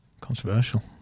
controversial